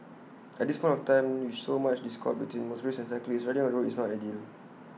at this point of time with so much discord between motorists and cyclists riding on the road is not ideal